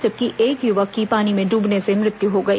जबकि एक युवक की पानी में ड्बने से मृत्यु हो गई